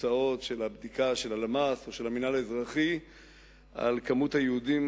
תוצאות הבדיקה של הלמ"ס או של המינהל האזרחי בנוגע למספר היהודים,